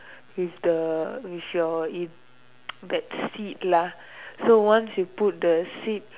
with the with your that seed lah so once you put the seed